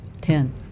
ten